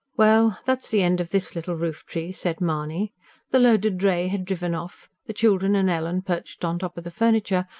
well, that's the end of this little roof-tree, said mahony the loaded dray had driven off, the children and ellen perched on top of the furniture,